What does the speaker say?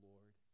Lord